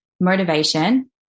motivation